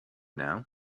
now